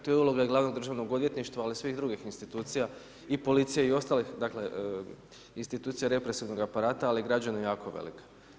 To je uloga i glavnog državnog odvjetništva, ali i svih drugih institucija i policije i ostalih dakle, institucija represivnog aparata, ali ... jako velika.